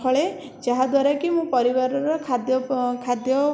ଫଳେ ଯାହା ଦ୍ୱାରା କି ମୁଁ ପରିବାରର ଖାଦ୍ୟ ପ ଖାଦ୍ୟ